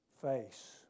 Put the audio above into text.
face